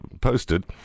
posted